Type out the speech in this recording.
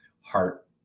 Heart